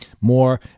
more